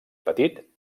petit